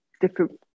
different